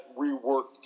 reworked